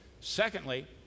Secondly